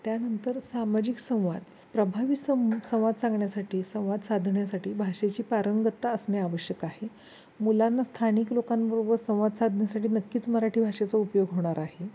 त्यानंतर सामाजिक संवाद प्रभावी सं संवाद सांगण्यासाठी संवाद साधण्यासाठी भाषेची पारंगतता असणे आवश्यक आहे मुलांना स्थानिक लोकांबरोबर संवाद साधण्यासाठी नक्कीच मराठी भाषेचा उपयोग होणार आहे